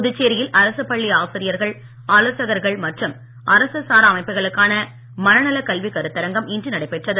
புதுச்சேரியில் அரசுப் பள்ளி ஆசிரியர்கள் ஆலோசகர்கள் மற்றும் அரசு சாரா அமைப்புகளுக்கான மனநல கல்வி கருத்தரங்கம் இன்று நடைபெற்றது